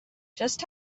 just